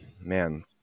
man